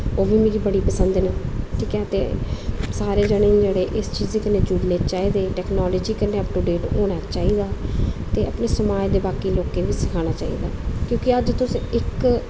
ओह् बी मिगी बड़ी पसंद न ठीक ऐ ते सारे जनें न जेह्ड़े एह्दे कन्नै जुड़ने चाहिदे टैक्नालज़ी कन्नै अप टू डेट होना चाहिदा ते अपने समाज दे बाकी लोकें गी बी सखाना चाहिदा क्योंकि अज्ज तुस इक